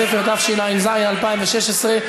שאתה עומד כאן ועונה כאחרון הפוליטיקאים.